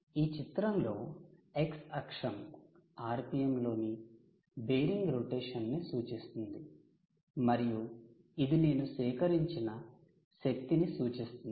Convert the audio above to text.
ఈ చిత్రంలో x అక్షం RPM లోని బేరింగ్ రొటేషన్ ను సూచిస్తుంది మరియు ఇది నేను సేకరించిన శక్తిని సూచిస్తుంది